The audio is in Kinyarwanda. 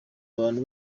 abantu